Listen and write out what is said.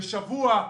בשבוע,